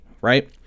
right